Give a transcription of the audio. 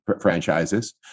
franchises